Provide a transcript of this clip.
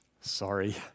Sorry